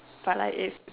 but like it's